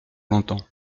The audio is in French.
longtemps